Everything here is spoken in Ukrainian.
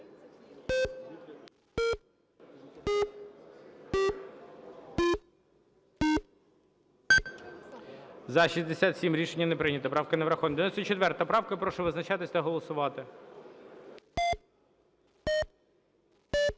За-60 Рішення не прийнято. Правка не врахована. 3136. Прошу визначатись та голосувати.